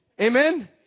Amen